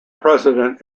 president